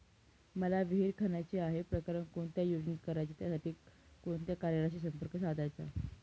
मला विहिर खणायची आहे, प्रकरण कोणत्या योजनेत करायचे त्यासाठी कोणत्या कार्यालयाशी संपर्क साधायचा?